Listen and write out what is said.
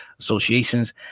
associations